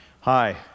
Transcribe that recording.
hi